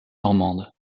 normande